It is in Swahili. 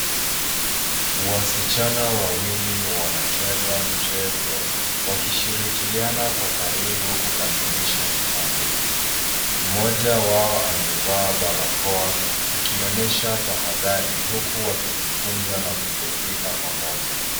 Waischana wawili wanacheza mchezo wakishirikiana kwa karibu kukamilisha kipande, mmoja wao amevaa barakoa akionyesha tahadhari huku wakijifunza na kuburudika pamoja.